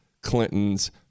Clinton's